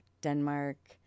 Denmark